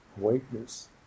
awakeness